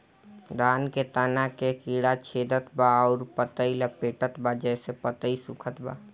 धान के तना के कीड़ा छेदत बा अउर पतई लपेटतबा जेसे पतई सूखत बा?